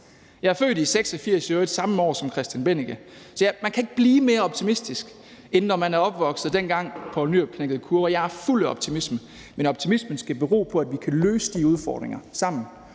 Jeg er født i 1986, i øvrigt samme år som Christian Bennike, så man kan ikke blive mere optimistisk, end når man er opvokset, dengang Poul Nyrup Rasmussen knækkede kurver. Jeg er fuld af optimisme. Men optimismen skal bero på, at vi kan løse de udfordringer sammen,